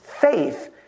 faith